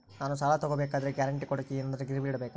ನಾನು ಸಾಲ ತಗೋಬೇಕಾದರೆ ಗ್ಯಾರಂಟಿ ಕೊಡೋಕೆ ಏನಾದ್ರೂ ಗಿರಿವಿ ಇಡಬೇಕಾ?